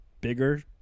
bigger